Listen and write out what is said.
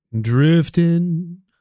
Drifting